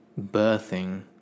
birthing